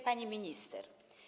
Pani Minister!